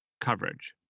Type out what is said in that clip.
coverage